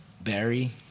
Barry